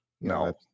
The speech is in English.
No